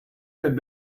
had